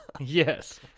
Yes